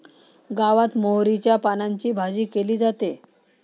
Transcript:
गावात मोहरीच्या पानांची भाजी केली जाते